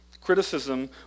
Criticism